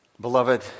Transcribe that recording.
Beloved